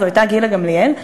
זו הייתה גילה גמליאל,